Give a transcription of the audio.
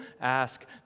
ask